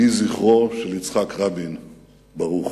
יהי זכרו של יצחק רבין ברוך.